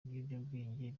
ibiyobyabwenge